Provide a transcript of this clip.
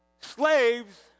Slaves